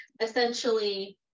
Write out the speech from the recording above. essentially